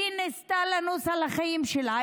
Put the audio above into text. היא ניסתה לנוס על החיים שלה.